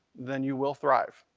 then you will thrive.